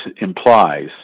implies